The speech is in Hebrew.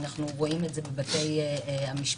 ואנחנו רואים את זה בבתי המשפט.